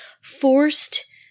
forced